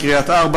ברעננה,